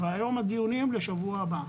והיום הדיונים הם לשבוע הבא.